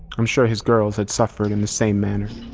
i'm sure his girls had suffered in the same manner.